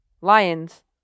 Lions